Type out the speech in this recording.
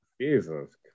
Jesus